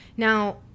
now